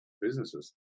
businesses